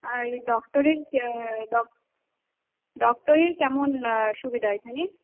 আর ডক্টরের ডক্টরের কেমন সুবিধা এখানে